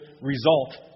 result